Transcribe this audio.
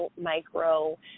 micro